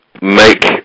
make